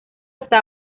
hasta